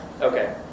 Okay